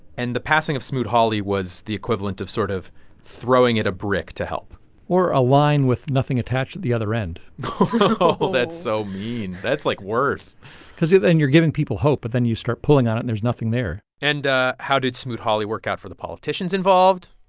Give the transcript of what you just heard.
and the passing of smoot-hawley was the equivalent of sort of throwing it a brick to help or a line with nothing attached at the other end oh oh, that's so mean. that's, like, worse because then you're giving people hope, but then you start pulling on it and there's nothing there and how did smoot-hawley work out for the politicians involved?